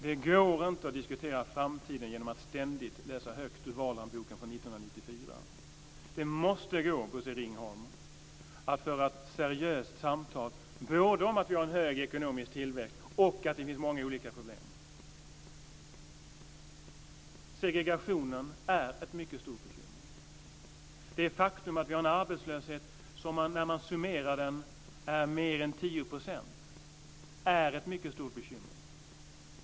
Det går inte att diskutera framtiden genom att ständigt läsa högt ur valhandboken från 1994. Det måste gå, Bosse Ringholm, att föra ett seriöst samtal både om att vi har en hög ekonomisk tillväxt och om att det finns många olika problem. Segregationen är ett mycket stort bekymmer. Det faktum att vi har en arbetslöshet som sammanlagt uppgår till mer än 10 % är ett mycket stort bekymmer.